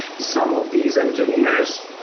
some of these engineers,